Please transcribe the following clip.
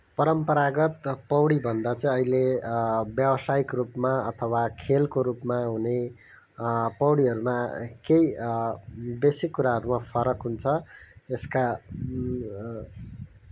परम्परागत पौडी भन्दा चाहिँ अहिले व्यावसायिक रूपमा अथवा खेलको रूपमा हुने पौडीहरूमा केही बेसिक कुराहरूमा फरक हुन्छ यसका